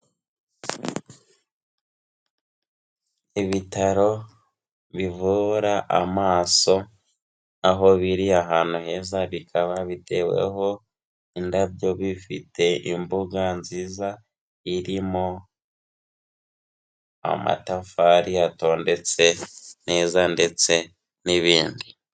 Ibitaro bivura amaso, aho biri ahantu heza, bikaba biteweho indabyo, bifite imbuga nziza irimo amatafari atondetse neza ndetse n'ibindi.